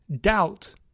doubt